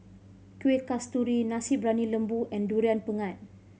Kueh Kasturi Nasi Briyani Lembu and Durian Pengat